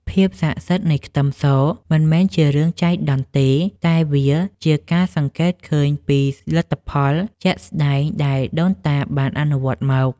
ភាពស័ក្តិសិទ្ធិនៃខ្ទឹមសមិនមែនជារឿងចៃដន្យទេតែវាជាការសង្កេតឃើញពីលទ្ធផលជាក់ស្តែងដែលដូនតាបានអនុវត្តមក។